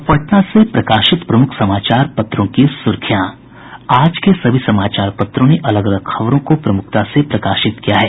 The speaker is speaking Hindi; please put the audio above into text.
अब पटना से प्रकाशित प्रमुख समाचार पत्रों की सुर्खियां आज के सभी समाचार पत्रों ने अलग अलग खबरों को प्रमुखता से प्रकाशित किया है